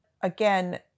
Again